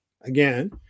again